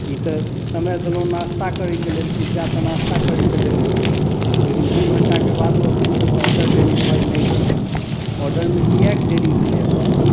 ई तऽ समय देलहुँ नास्ता करैके लेल पिज्जा तऽ नास्ता करैके लेल होइ छै लेकिन दू घण्टाके बादो एखन तक ऑर्डर डेलिवर नहि भेल ऑर्डरमे कियाक देरी भेलै एखन तक